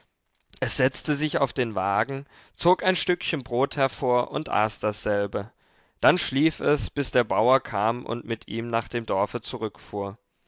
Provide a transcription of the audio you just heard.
es setzte sich auf den wagen zog ein stückchen brot hervor und aß dasselbe dann schlief es bis der bauer kam und mit ihm nach dem dorfe zurückfuhr